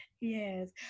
Yes